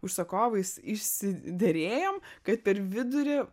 užsakovais išsiderėjom kad per vidurį